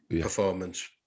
Performance